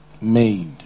made